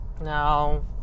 Now